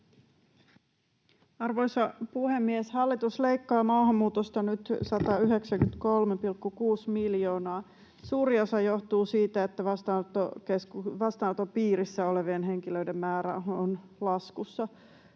Arvoisa puhemies! Hallitus leikkaa maahanmuutosta nyt 193,6 miljoonaa. Suuri osa johtuu siitä, että vastaanoton piirissä olevien henkilöiden määrä on laskussa.